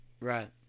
right